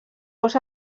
gos